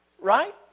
Right